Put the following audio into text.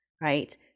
right